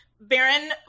Baron